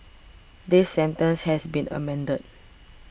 this sentence has been amended